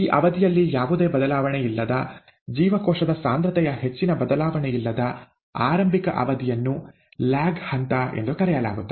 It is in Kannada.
ಈ ಅವಧಿಯಲ್ಲಿ ಯಾವುದೇ ಬದಲಾವಣೆಯಿಲ್ಲದ ಜೀವಕೋಶದ ಸಾಂದ್ರತೆಯ ಹೆಚ್ಚಿನ ಬದಲಾವಣೆಯಿಲ್ಲದ ಆರಂಭಿಕ ಅವಧಿಯನ್ನು ʼಲ್ಯಾಗ್ ಹಂತʼ ಎಂದು ಕರೆಯಲಾಗುತ್ತದೆ